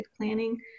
planning